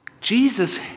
Jesus